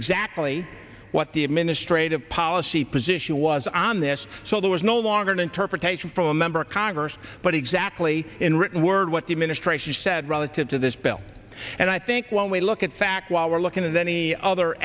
exactly what the administrative policy position was on this so there was no longer an interpretation from a member of congress but exactly in written word what the administration said relative to this bill and i think when we look at fact while we're looking at any other